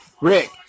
Rick